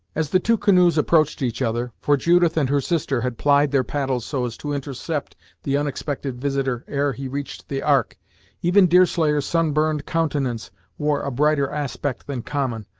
as the two canoes approached each other for judith and her sister had plied their paddles so as to intercept the unexpected visiter ere he reached the ark even deerslayer's sun-burned countenance wore a brighter aspect than common,